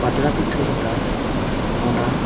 ᱯᱟᱛᱲᱟ ᱯᱤᱴᱷᱟᱹ ᱚᱰᱟᱨ ᱚᱱᱟ